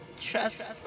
Trust